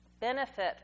benefit